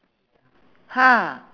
ha